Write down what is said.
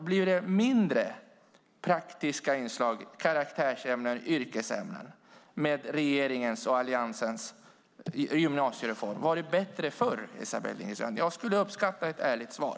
Blir det mindre praktiska inslag, karaktärsämnen och yrkesämnen med regeringens och Alliansens gymnasiereform? Var det bättre förr, Esabelle Dingizian? Jag skulle uppskatta ett ärligt svar.